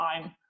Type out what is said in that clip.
time